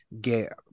get